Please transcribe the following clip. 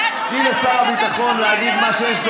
תני לשר הביטחון להגיד מה שיש לו.